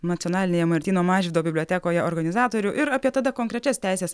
nacionalinėje martyno mažvydo bibliotekoje organizatorių ir apie tada konkrečias teises